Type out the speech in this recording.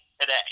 today